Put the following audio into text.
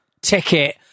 Ticket